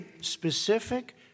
specific